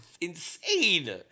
insane